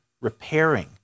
repairing